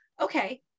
okay